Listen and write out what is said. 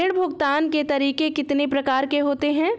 ऋण भुगतान के तरीके कितनी प्रकार के होते हैं?